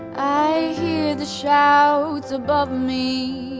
i hear the shouts above me